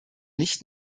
nicht